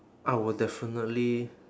I will definitely